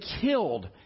killed